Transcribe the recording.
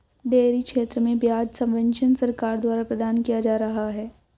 dairy क्षेत्र में ब्याज सब्वेंशन सरकार द्वारा प्रदान किया जा रहा है